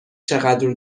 چقدر